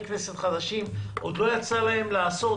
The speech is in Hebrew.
כנסת חדשים שעוד לא יצא להם לעשות,